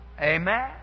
Amen